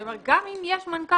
זה אומר שגם אם יש מנכ"ל,